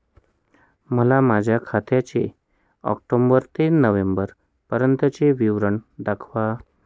मला माझ्या खात्याचे ऑक्टोबर ते नोव्हेंबर पर्यंतचे विवरण दाखवा